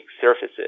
surfaces